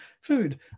food